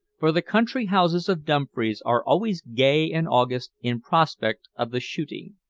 for the country houses of dumfries are always gay in august in prospect of the shooting.